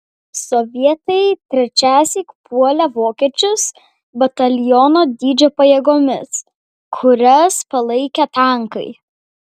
sovietai trečiąsyk puolė vokiečius bataliono dydžio pajėgomis kurias palaikė tankai